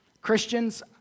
Christians